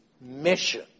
mission